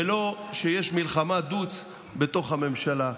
ולא שיש מלחמה דו"צ בתוך הממשלה,